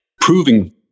proving